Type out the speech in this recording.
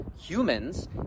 humans